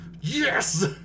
yes